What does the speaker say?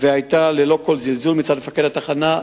ולא היה כל זלזול מצד מפקד התחנה,